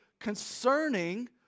concerning